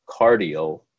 cardio